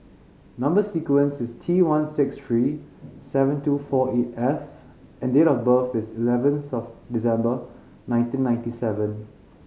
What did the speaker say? number sequence is T one six three seven two four eight F and date of birth is eleventh of December nineteen ninety seven